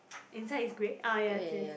inside is grey ah yes yes